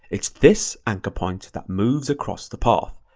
it's this anchor point that moves across the path.